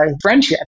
friendship